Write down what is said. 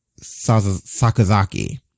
Sakazaki